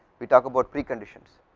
we talk about pre-conditions.